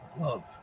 Love